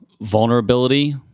vulnerability